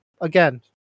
Again